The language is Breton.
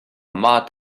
mat